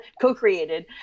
co-created